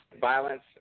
Violence